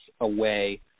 away